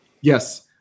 Yes